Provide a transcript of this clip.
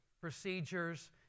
procedures